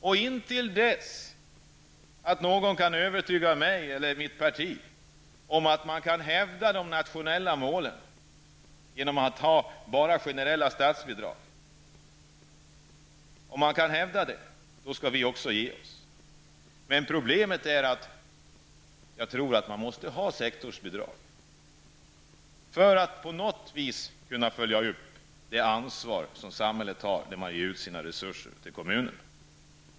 Först när någon kan övertyga mig eller mitt parti om att man kan hävda de nationella målen genom att bara ha generella statsbidrag skall vi ge oss. Men problemet är att jag tror att man måste ha sektorsbidrag för att på något viss kunna följa upp det ansvar som samhället har för hur resurserna fördelas till kommunerna.